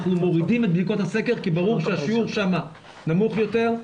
אנחנו מורידים את בדיקות הסקר כי ברור שהשיעור שם נמוך יותר.